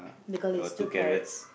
the girl is two carrots